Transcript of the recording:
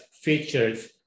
features